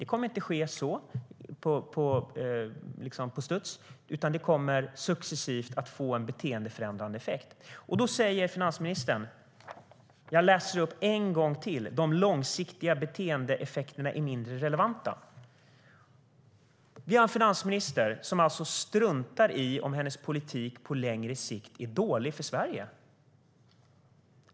Det kommer inte att ske på studs, utan det kommer successivt att få en beteendeförändrande effekt. Då säger finansministern - och jag säger det en gång till - att långsiktiga beteendeeffekter är mindre relevanta. Vi har alltså en finansminister som struntar i om hennes politik på längre sikt är dålig för Sverige.